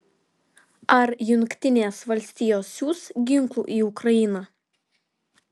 ar jungtinės valstijos siųs ginklų į ukrainą